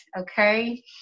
okay